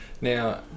now